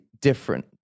different